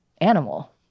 animal